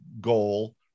goal